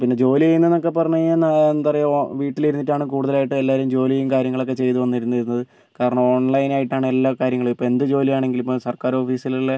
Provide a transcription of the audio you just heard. പിന്നെ ജോലി ചെയ്യുന്നതെന്നൊക്കെ പറഞ്ഞ് കഴിഞ്ഞാൽ എന്താ പറയുക വീട്ടിലിരുന്നിട്ടാണ് കൂടുതലായിട്ടും എല്ലാവരും ജോലിയും കാര്യങ്ങളൊക്കെ ചെയ്ത് വന്നിരുന്നത് കാരണം ഓൺലൈൻ ആയിട്ടാണ് എല്ലാ കാര്യങ്ങളും ഇപ്പോൾ എന്ത് ജോലിയാണെങ്കിലും ഇപ്പോൾ സർക്കാർ ഓഫീസിലുള്ള